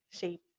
shape